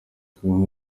kagame